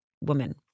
woman